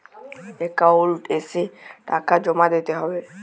Account এসে টাকা জমা দিতে হবে?